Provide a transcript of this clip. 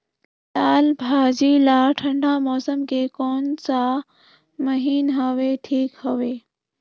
लालभाजी ला ठंडा मौसम के कोन सा महीन हवे ठीक हवे?